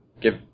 give